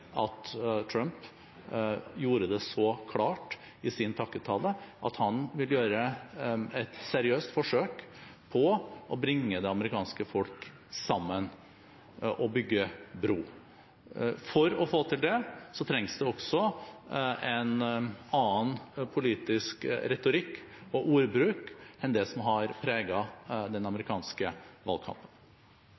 at Trump i sin takketale gjorde det så klart at han vil gjøre et seriøst forsøk på å bringe det amerikanske folk sammen og bygge bro. For å få til det trengs det også en annen politisk retorikk og ordbruk enn det som har preget den